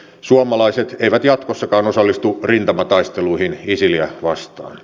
suomalaiset eivät jatkossakaan osallistu rintamataisteluihin isiliä vastaan